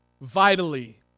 vitally